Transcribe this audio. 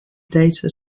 data